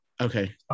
Okay